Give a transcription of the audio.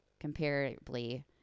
comparably